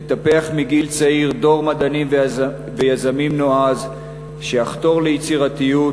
לטפח מגיל צעיר דור מדענים ויזמים נועז שיחתור ליצירתיות,